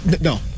No